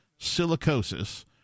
silicosis